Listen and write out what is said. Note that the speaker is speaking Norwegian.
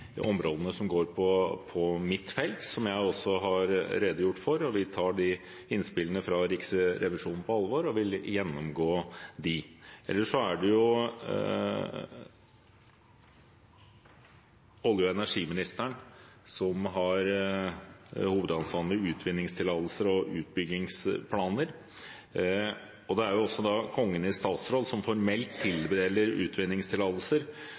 områdene som går på mitt felt, som jeg også har redegjort for. Vi tar innspillene fra Riksrevisjonen på alvor og vil gjennomgå dem. Ellers er det olje- og energiministeren som har hovedansvaret ved utvinningstillatelser og utbyggingsplaner. Det er Kongen i statsråd som formelt tildeler utvinningstillatelser,